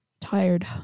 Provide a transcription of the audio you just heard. Tired